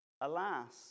Alas